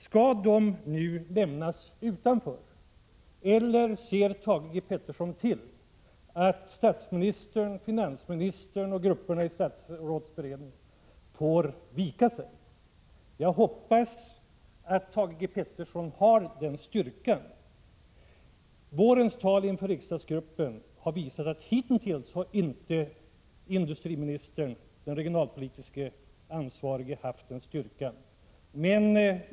Skall de nu lämnas utanför, eller ser Thage G. Peterson till att statsministern, finansministern och grupperna i statsrådsberedningen får vika sig? Jag hoppas att Thage G. Peterson har den styrkan. Vårens tal inför riksdagsgruppen har visat att hitintills har inte industriministern, den regionalpolitiskt ansvarige, haft den styrkan.